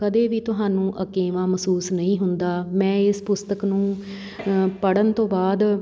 ਕਦੇ ਵੀ ਤੁਹਾਨੂੰ ਅਕੇਵਾਂ ਮਹਿਸੂਸ ਨਹੀਂ ਹੁੰਦਾ ਮੈਂ ਇਸ ਪੁਸਤਕ ਨੂੰ ਪੜ੍ਹਨ ਤੋਂ ਬਾਅਦ